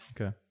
Okay